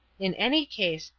in any case,